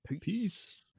Peace